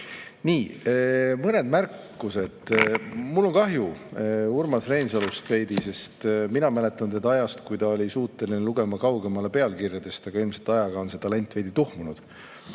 Nii. Mõned märkused. Mul on Urmas Reinsalust veidi kahju, sest mina mäletan aega, kui ta oli suuteline lugema kaugemale pealkirjadest, aga ilmselt ajaga on see talent veidi tuhmunud.